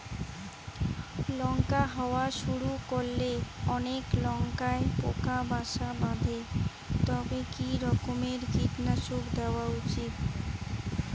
লঙ্কা হওয়া শুরু করলে অনেক লঙ্কায় পোকা বাসা বাঁধে তবে কি রকমের কীটনাশক দেওয়া উচিৎ?